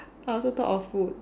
I also thought of food